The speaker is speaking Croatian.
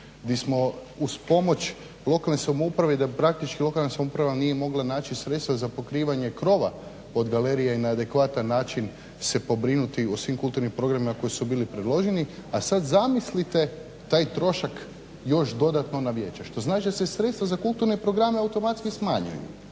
Mi smo uz pomoć lokalne samouprave i da praktički lokalna samouprava nije mogla naći sredstva za pokrivanje krova od galerije na adekvatan način se pobrinuti o svim kulturnim programima koji su bili predloženi. A sad zamislite taj trošak još dodatno na vijeće što znači da se sredstva za kulturne programe automatski smanjuju.